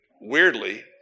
weirdly